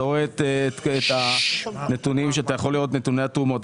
אתה יכול לראות את נתוני התרומות,